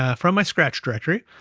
ah from my scratch directory,